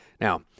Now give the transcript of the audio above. Now